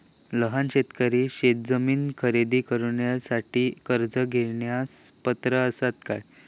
लहान शेतकरी शेतजमीन खरेदी करुच्यासाठी कर्ज घेण्यास पात्र असात काय?